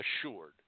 assured